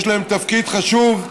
יש להן תפקיד חשוב,